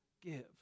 give